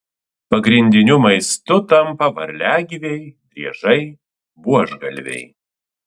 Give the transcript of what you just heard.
pagrindiniu maistu tampa varliagyviai driežai buožgalviai